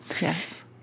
Yes